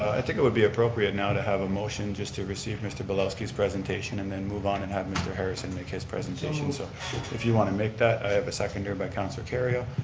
i think it would be appropriate now to have a motion just to receive mr. belowski's presentation and then move on and have mr. harrison make his presentation, so if you want to make that i have a second here by councilor kerrio.